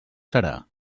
serà